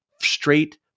straight